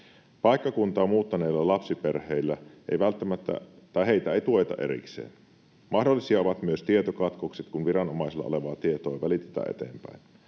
Paikkakuntaa muuttaneita lapsiperheitä ei välttämättä tueta erikseen. Mahdollisia ovat myös tietokatkokset, kun viranomaisilla olevaa tietoa ei välitetä eteenpäin.